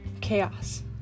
chaos